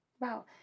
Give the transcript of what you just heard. Wow